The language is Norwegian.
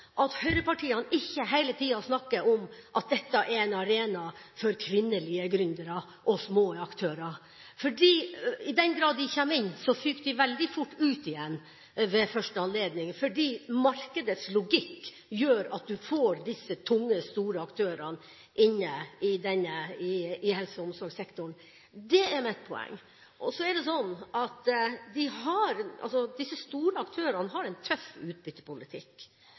at høyrepartiene ikke hele tida snakker om at dette er en arena for kvinnelige gründere og små aktører. I den grad de kommer inn, fyker de veldig fort ut igjen – ved første anledning – fordi markedets logikk gjør at du får disse tunge, store aktørene i helse- og omsorgssektoren. Det er mitt poeng. Disse store aktørene har en tøff utbyttepolitikk.